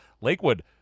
Lakewood